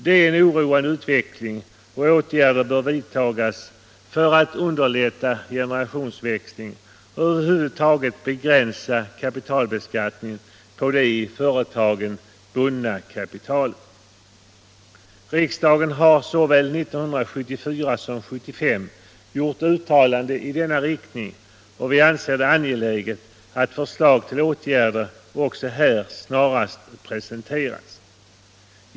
Detta är en oroande utveckling och åtgärder bör vidtas för att underlätta generationsväxlingen och över huvud taget begränsa kapitalbeskattningen på det till företagen bundna kapitalet. Riksdagen har såväl 1974 som 1975 gjort uttalanden i denna riktning och vi anser det angeläget att förslag till åtgärder också här snarast presenteras.